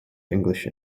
english